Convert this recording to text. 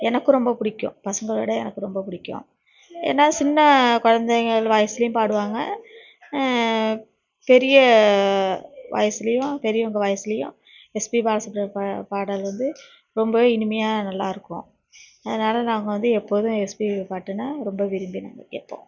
எனக்கும் ரொம்ப பிடிக்கும் பசங்களோட எனக்கு ரொம்ப பிடிக்கும் ஏன்னால் சின்ன குழந்தைங்கள் வாய்ஸ்லியும் பாடுவாங்க பெரிய வாய்ஸ்லியும் பெரியவங்க வாய்ஸ்லியும் எஸ்பி பாலசுப்பிர பா பாடல் வந்து ரொம்பவே இனிமையாக நல்லா இருக்கும் அதனால் நாங்கள் வந்து எப்போதும் எஸ்பிபி பாட்டுன்னால் ரொம்ப விரும்பி நாங்கள் கேட்போம்